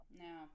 No